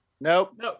Nope